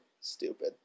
stupid